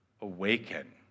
awaken